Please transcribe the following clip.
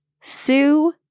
Sue